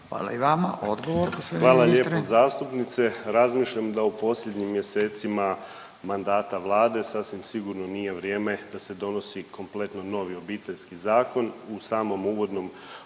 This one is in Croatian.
Hvala i vama. Odgovor. **Piletić, Marin (HDZ)** Hvala lijepo zastupnice. Razmišljam da u posljednjim mjesecima mandata Vlade sasvim sigurno nije vrijeme da se donosi kompletno novi Obiteljski zakon. U samom uvodnom